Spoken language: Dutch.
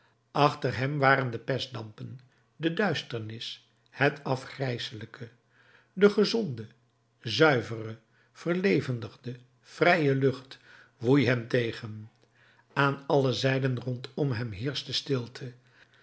achter hem waren de pestdampen de duisternis het afgrijselijke de gezonde zuivere verlevendigde vrije lucht woei hem tegen aan alle zijden rondom hem heerschte stilte